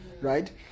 Right